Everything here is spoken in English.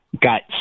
got